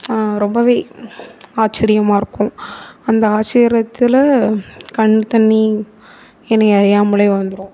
ரொம்பவே ஆச்சிரியமாக இருக்கும் அந்த ஆச்சிரியத்தில் கண் தண்ணி என்னய அறியாமலயே வந்துவிடும்